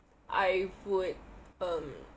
I would um